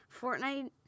Fortnite